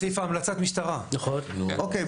אוקי,